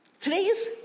Today's